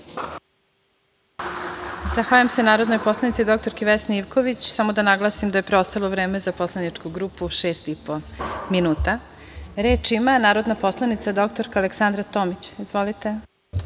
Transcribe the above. Zahvaljujem se narodnoj poslanici dr Vesni Ivković. Samo da naglasim da je preostalo vreme za poslaničku grupu šest i po minuta. Reč ima narodna poslanica dr Aleksandra Tomić. Izvolite.